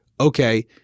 okay